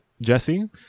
Jesse